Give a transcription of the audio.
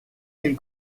del